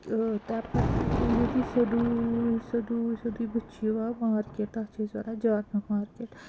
یہِ تمہِ پَتہٕ نیرِو تُہۍ سیٚودُے سیٚودُے سیٚودُے بٕتھِ چھِ یِوان مارکؠٹ تَتھ چھِ أسۍ وَنان جامیا مارکٮ۪ٹ